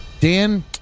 Dan